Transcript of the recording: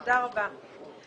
תודה רבה.